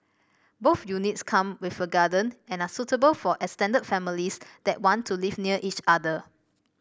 both units come with a garden and are suitable for extended families that want to live near each other